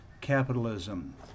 capitalism